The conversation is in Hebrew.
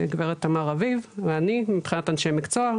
גברת תמר רביב ואני מבחינת אנשי מקצוע,